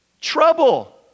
Trouble